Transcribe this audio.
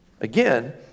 Again